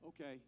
Okay